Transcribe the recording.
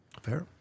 Fair